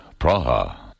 Praha